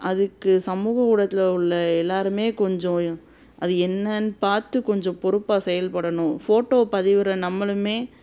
அதுக்கு சமூக ஊடகத்தில் உள்ள எல்லோருமே கொஞ்சம் அது என்னன்னு பார்த்து கொஞ்சம் பொறுப்பாக செயல்படணும் ஃபோட்டோ பதிவிடுகிற நம்மளுமே